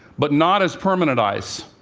but not as permanent ice,